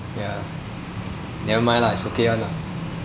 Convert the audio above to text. ya nevermind lah it's okay [one] lah